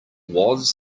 was